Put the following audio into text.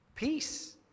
Peace